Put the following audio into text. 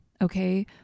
Okay